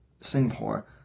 Singapore